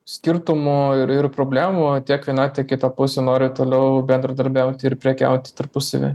skirtumų ir ir problemų tiek viena kita pusė nori toliau bendradarbiauti ir prekiauti tarpusavyje